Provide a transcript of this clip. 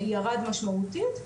ירד משמעותית,